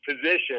position